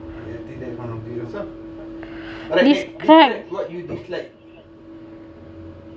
describe